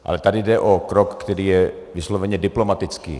Ale tady jde o krok, který je vysloveně diplomatický.